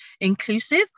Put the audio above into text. inclusive